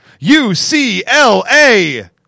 UCLA